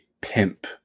pimp